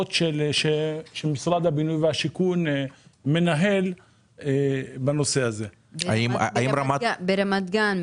להגרלות שמשרד הבינוי והשיכון מנהל בנושא הזה ברמת גן,